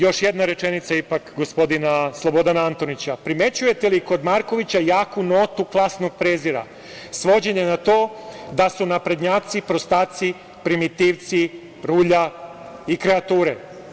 Još jedna rečenica ipak gospodina Slobodana Antonića – primećujete li kod Markovića jaku notu klasnog prezira, svođenje na to da su naprednjaci prostaci, primitivci, rulja i kreature?